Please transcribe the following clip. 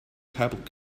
tablet